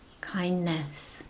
kindness